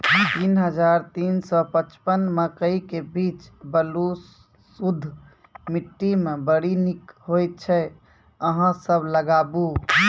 तीन हज़ार तीन सौ पचपन मकई के बीज बलधुस मिट्टी मे बड़ी निक होई छै अहाँ सब लगाबु?